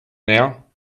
now